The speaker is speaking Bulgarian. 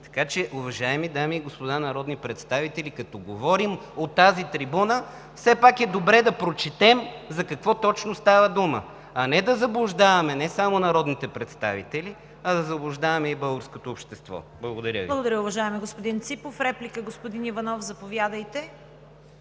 Така че, уважаеми дами и господа народни представители, като говорим от тази трибуна, все пак е добре да прочетем за какво точно става дума, а не да заблуждаваме не само народните представители, а да заблуждаваме и българското общество. Благодаря Ви. ПРЕДСЕДАТЕЛ ЦВЕТА КАРАЯНЧЕВА: Благодаря, уважаеми господин Ципов. Реплика – господин Иванов, заповядайте.